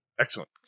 Excellent